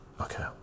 Okay